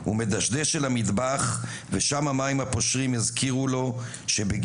/ הוא מדשדש אל המטבח / ושם המים הפושרים יזכירו לו / שבגילו,